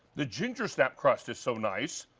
the ginger snap crust is so nice,